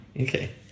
Okay